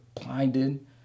blinded